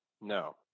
no